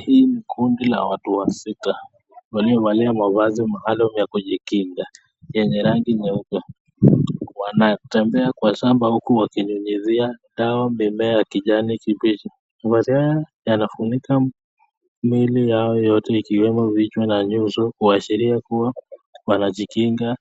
Hii ni kundi la watu wasita waliovalia mavazi maalum ya kujikinga yenye rangi nyeupe. Wanatembea kwa shamba huku wakinyunyizia dawa mimea ya kijani kibichi. Mavazi haya yanafunika miili yao yote ikiwemo vichwa na nyuso kuashiria kuwa wanajikinga